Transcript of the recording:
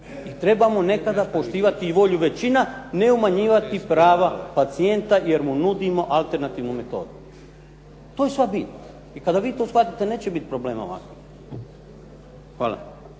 I trebamo nekada poštivati i volju većina, ne umanjivati prava pacijenta jer mu nudimo alternativnu metodu. To je sva bit. I kada vi to shvatite neće biti problema ovakvih. Hvala.